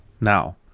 now